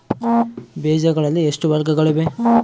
ಬೇಜಗಳಲ್ಲಿ ಎಷ್ಟು ವರ್ಗಗಳಿವೆ?